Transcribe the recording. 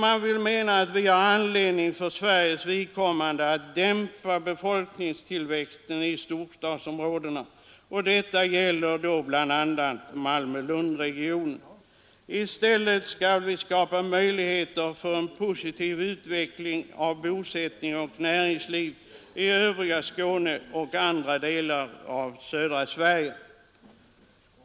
För Sveriges vidkommande har vi anledning att dämpa befolkningstillväxten i storstadsområdena. Detta gäller då bl.a. Malmö-Lundregionen. I stället skall vi skapa möjligheter för en positiv utveckling av bosättning och näringsliv i övriga Skåne och andra delar av södra Sverige.